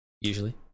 usually